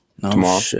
Tomorrow